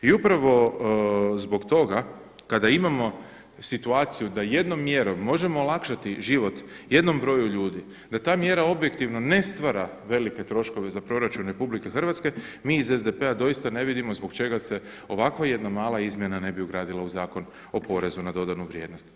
I upravo zbog toga kada imamo situaciju da jednom mjerom možemo olakšati život jednom broju ljudi, da ta mjera objektivno ne stvara velike troškove za proračun Republike Hrvatske mi iz SDP-a doista ne vidimo zbog čega se ovako jedna mala izmjena ne bi ugradila u Zakon o porezu na dodanu vrijednost.